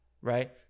right